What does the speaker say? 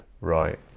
right